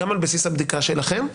גם על בסיס הבדיקה שלכם.